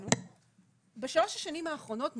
שלתפיסתנו בשלוש השנים האחרונות,